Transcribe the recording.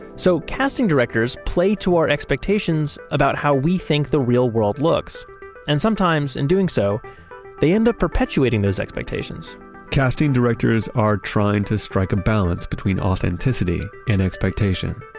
so casting directors play to our expectations about how we think the real world looks and sometimes in doing so they end up perpetuating those expectations casting directors are trying to strike a balance between authenticity and expectation.